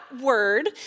word